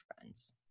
friends